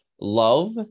love